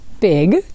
big